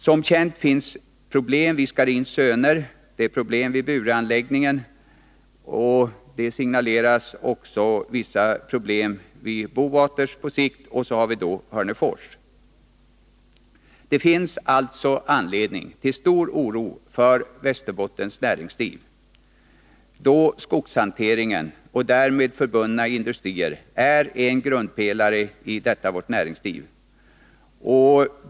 Som känt är finns problem vid Scharins Söner. Det är problem vid Bureanläggningen, och det signaleras också vissa problem vid Bowaters på sikt, och så har vi Hörnefors. Det finns alltså anledning till oro för Västerbottens näringsliv, då skogshanteringen och därmed förbundna industrier är en grundpelare i detta.